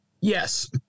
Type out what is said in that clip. Yes